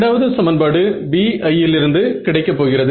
நாம் ஒவ்வொரு நிகழ்வாக பார்ப்போம்